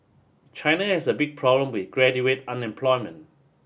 China has a big problem with graduate unemployment